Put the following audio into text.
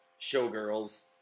showgirls